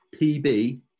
PB